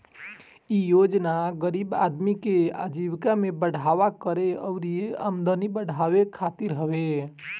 इ योजना गरीब आदमी के आजीविका में बढ़ावा करे अउरी आमदनी बढ़ावे खातिर हवे